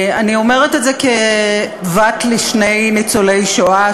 אני אומרת את זה כבת לשני ניצולי שואה.